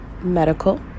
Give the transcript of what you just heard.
medical